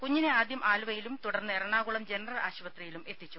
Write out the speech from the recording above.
കുഞ്ഞിനെ ആദ്യം ആലുവയിലും തുടർന്ന് എറണാകുളം ജനറൽ ആശുപത്രിയിലും എത്തിച്ചു